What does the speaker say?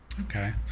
Okay